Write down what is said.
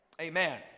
Amen